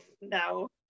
no